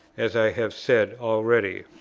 as i have said already.